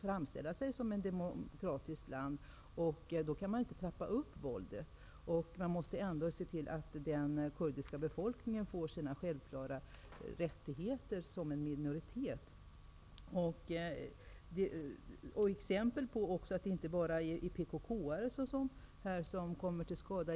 framställa sig som ett demokratiskt land. Då kan man inte trappa upp våldet. Man måste se till att den kurdiska befolkningen får de självklara rättigheter den har, som en minoritet. Det är inte bara PKK:are som kommer till skada.